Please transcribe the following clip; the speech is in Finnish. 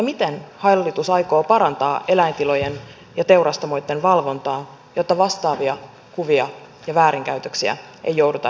miten hallitus aikoo parantaa eläintilojen ja teurastamoitten valvontaa jotta vastaavia kuvia ja väärinkäytöksiä ei jouduta enää näkemään